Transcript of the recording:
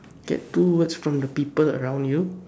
get two words from the people around you